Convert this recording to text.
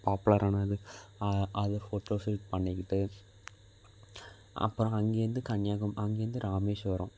பாப்புலரான இது அதை அதை போட்டோஷூட் பண்ணிக்கிட்டு அப்புறம் அங்கேருந்து கன்னியாகு அங்கேருந்து ராமேஷ்வரம்